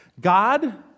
God